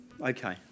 Okay